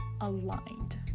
aligned